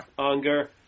Anger